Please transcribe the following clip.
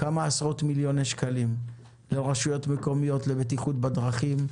כמה עשרות מיליוני שקלים לרשויות מקומיות לבטיחות בדרכים,